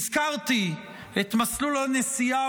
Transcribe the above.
הזכרתי את מסלול הנסיעה,